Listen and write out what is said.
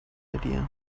idea